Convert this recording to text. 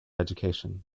education